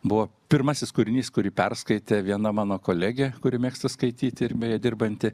buvo pirmasis kūrinys kurį perskaitė viena mano kolegė kuri mėgsta skaityti ir beje dirbanti